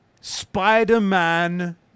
Spider-Man